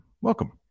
welcome